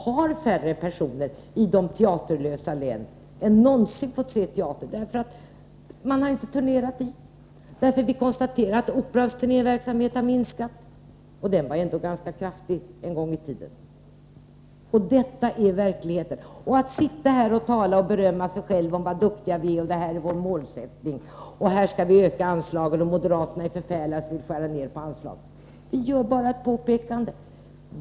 Har färre personer i de teaterlösa länen än någonsin fått se teater? Har där varit turnéer? Man kan konstatera att Operans turnéverksamhet har minskat. Den var ändå ganska stor en gång i tiden. Sådan är verkligheten. Sedan sitter socialdemokraterna här och berömmer sig själva för duktighet och säger att detta är vår målsättning, här skall vi öka anslagen. Man säger också att moderaterna är förfärliga som vill skära ned på anslagen. Men vi gör bara ett påpekande.